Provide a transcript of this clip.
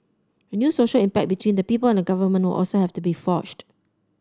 a new social impact between the people and government will also have to be forged